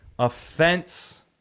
offense